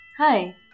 Hi